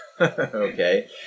Okay